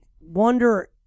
wonder